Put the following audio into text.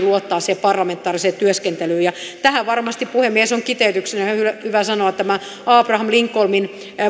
luottaa siihen parlamentaariseen työskentelyyn tähän varmasti puhemies on kiteytyksenä hyvä sanoa abraham lincolnin